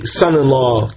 son-in-law